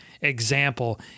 example